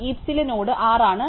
ഹീപ്സിലെ node 6 ആണ്